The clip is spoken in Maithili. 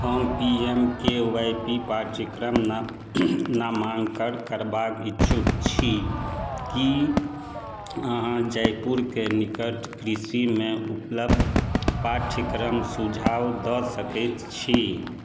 हम P M K V Y पाठ्यक्रममे नामाङ्कन करबाक इच्छुक छी कि अहाँ जयपुरके निकट कृषिमे उपलब्ध पाठ्यक्रम सुझाव दऽ सकै छी